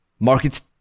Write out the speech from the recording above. Markets